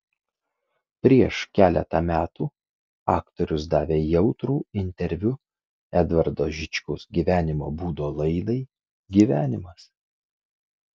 prieš keletą metų aktorius davė jautrų interviu edvardo žičkaus gyvenimo būdo laidai gyvenimas